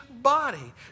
body